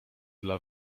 dla